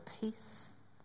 peace